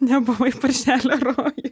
nebuvai paršelio rojuj